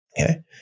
Okay